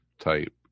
type